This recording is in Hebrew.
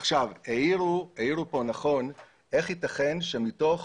העירו פה נכון איך ייתכן שמתוך